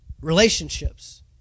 relationships